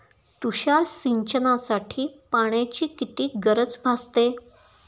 तुषार सिंचनासाठी पाण्याची किती गरज भासते?